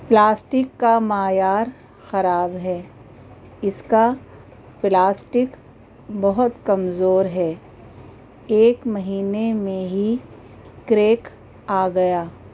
plastic کا معیار خراب ہے اس کا پلاسٹک بہت کمزور ہے ایک مہینے میں ہی کریک آ گیا